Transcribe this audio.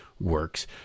works